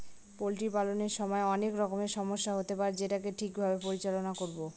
poultry পালনের সময় অনেক রকমের সমস্যা হতে পারে যেটাকে ঠিক ভাবে পরিচালনা করবো